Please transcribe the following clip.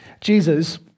Jesus